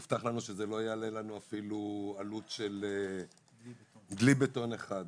הובטח לנו שזה לא יעלה לנו אפילו עלות של דלי בטון אחד.